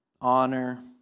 honor